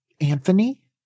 Anthony